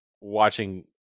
watching